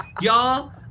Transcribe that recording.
Y'all